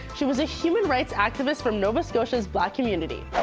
she was a human rights activist from nova scotia's black community.